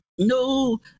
no